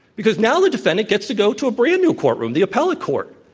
because now the defendant gets to go to a brand-new courtroom, the appellate court,